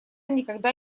никогда